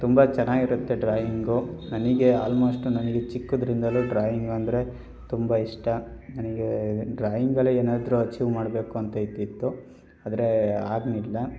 ತುಂಬ ಚೆನ್ನಾಗಿರುತ್ತೆ ಡ್ರಾಯಿಂಗು ನನಗೆ ಆಲ್ಮೋಸ್ಟು ನನಗೆ ಚಿಕ್ಕದ್ರಿಂದಲೂ ಡ್ರಾಯಿಂಗು ಅಂದರೆ ತುಂಬ ಇಷ್ಟ ನನಗೆ ಡ್ರಾಯಿಂಗಲ್ಲೇ ಏನಾದ್ರೂ ಅಚೀವ್ ಮಾಡಬೇಕು ಅಂತ ಇದ್ದಿತ್ತು ಆದರೆ ಆಗಲಿಲ್ಲ